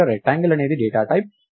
ఇక్కడ రెక్టాంగిల్ అనేది data type